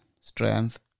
strength